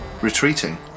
retreating